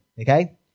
okay